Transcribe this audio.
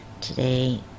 today